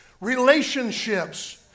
relationships